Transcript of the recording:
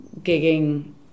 gigging